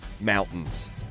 Mountains